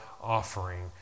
offering